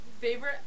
Favorite